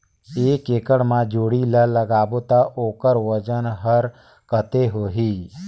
एक एकड़ मा जोणी ला लगाबो ता ओकर वजन हर कते होही?